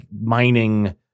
mining